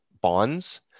bonds